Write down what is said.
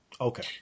okay